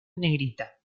negrita